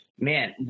man